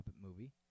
movie